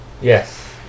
Yes